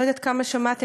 לא יודעת כמה שמעתם,